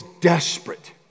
desperate